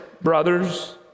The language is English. brothers